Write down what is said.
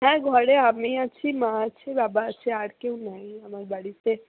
হ্যাঁ ঘরে আমি আছি মা আছে বাবা আছে আর কেউ নেই আমার বাড়িতে